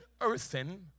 earthen